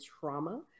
trauma